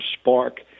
spark